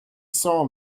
saw